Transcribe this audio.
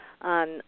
on